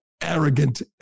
arrogant